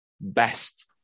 best